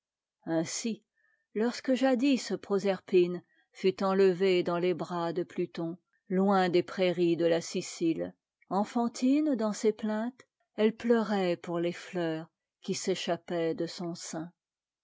ainsi lorsque jadis pro serpine fut enlevée dans les bras de pluton loin des prairies de la sicile enfantine dans ses plaintes elle pleurait pour les fleurs qui s'é chappaient de son sein